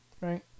right